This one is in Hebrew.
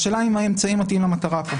השאלה אם האמצעי מתאים למטרה פה.